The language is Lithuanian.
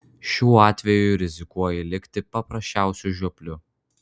šiuo atveju rizikuoji likti paprasčiausiu žiopliu